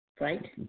Right